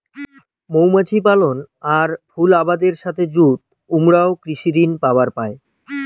মৌমাছি পালন আর ফুল আবাদের সথে যুত উমরাও কৃষি ঋণ পাবার পায়